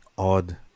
odd